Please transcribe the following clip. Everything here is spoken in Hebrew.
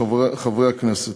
חברי הכנסת,